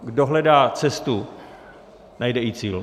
Kdo hledá cestu, najde i cíl.